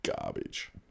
garbage